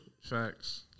Facts